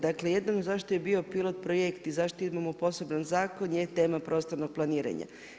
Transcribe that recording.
Dakle, jedino zašto je bio pilot projekt i zašto idemo u poseban zakon je tema prostornog planiranja.